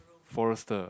Forester